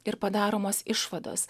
ir padaromos išvados